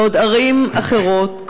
בעוד ערים אחרות,